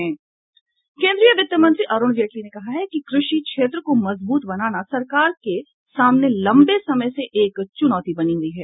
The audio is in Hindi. केन्द्रीय वित्त मंत्री अरुण जेटली ने कहा है कि कृषि क्षेत्र को मजबूत बनाना सरकार के सामने लंबे समय से एक चुनौती बनी हुई है